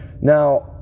Now